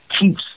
keeps